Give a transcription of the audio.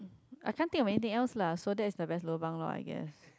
I can't think of anything else lah so that's the best lobang lor I guess